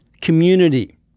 community